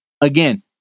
again